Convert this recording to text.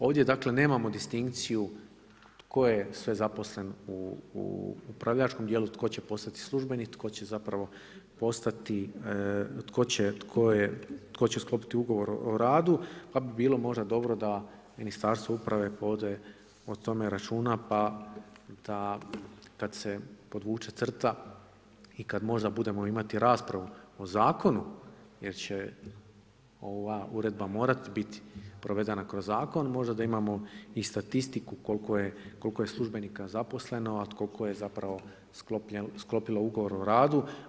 Ovdje dakle nemamo distinkciju tko je sve zaposlen u upravljačkom dijelu, tko će postati službenik, tko će sklopiti ugovor o radu pa bi bilo možda dobro da Ministarstvo uprave povede o tome računa pa da kad se podvuče crta i kada možda budemo imati raspravu o zakonu jer će ova uredba morati biti provedena kroz zakon možda da imamo i statistiku koliko je službenika zaposleno, a koliko je zapravo sklopljen ugovor o radu.